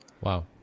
Wow